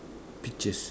peaches